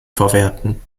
verwerten